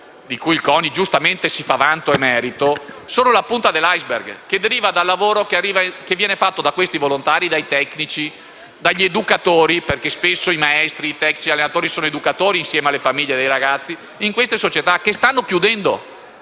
di cui il CONI giustamente si fa vanto, sono la punta dell'*iceberg*. Essi derivano dal lavoro svolto da questi volontari, dai tecnici, dagli educatori, perché spesso i maestri, i tecnici e gli allenatori sono educatori, insieme alle famiglie dei ragazzi, in queste società che stanno chiudendo.